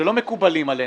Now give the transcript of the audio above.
שלא מקובלים עלינו.